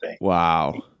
Wow